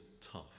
tough